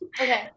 Okay